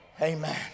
Amen